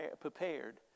prepared